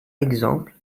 exemple